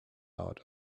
out